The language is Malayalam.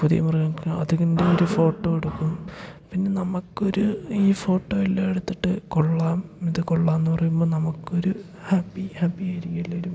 പുതിയ മൃഗങ്ങൾക്ക് അതിൻ്റെ ഒരു ഫോട്ടോ എടുക്കും പിന്നെ നമ്മൾക്കൊരു ഈ ഫോട്ടോ എല്ലാം എടുത്തിട്ട് കൊള്ളാം ഇത് കൊള്ളാമെന്നു പറയുമ്പോൾ നമുക്കൊരു ഹാപ്പി ഹാപ്പി ആയിരിക്കും എല്ലാവരും